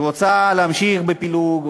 היא רוצה להמשיך בפילוג,